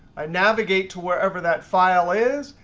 i navigate to wherever that file is.